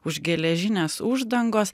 už geležinės uždangos